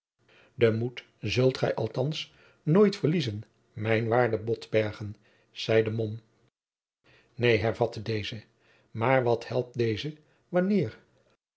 den moed zult gij althands nooit verliezen mijn waarde botbergen zeide mom jacob van lennep de pleegzoon neen hervatte deze maar wat helpt deze wanneer